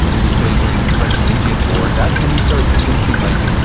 and you say during the french and indian war, that's when he starts sensing like,